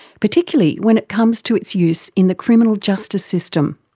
particularly when it comes to its use in the criminal justice system.